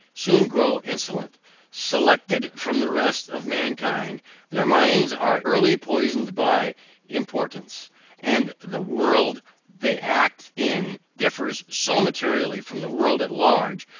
soon grow insolent selected from the rest of mankind their minds are early poisoned by importance and the world they act in differs so materially from the world at large,